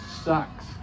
sucks